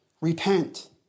repent